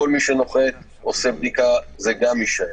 כל מי שנוחת עושה בדיקה, זה גם יישאר.